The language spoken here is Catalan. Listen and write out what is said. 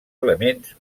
elements